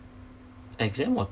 exam or